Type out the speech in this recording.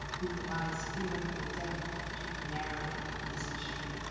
who provides theoretical depth to her narrative of this history.